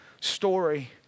story